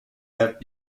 have